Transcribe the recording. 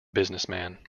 businessman